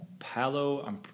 Palo